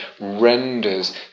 renders